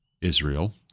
Israel